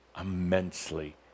Immensely